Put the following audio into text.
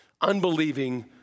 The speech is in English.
unbelieving